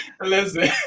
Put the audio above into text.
listen